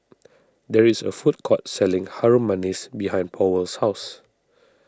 there is a food court selling Harum Manis behind Powell's house